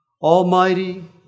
almighty